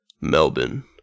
Melbourne